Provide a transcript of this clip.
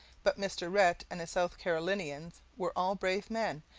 but mr. rhett and his south carolinians were all brave men,